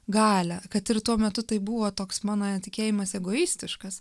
galią kad ir tuo metu tai buvo toks mano tikėjimas egoistiškas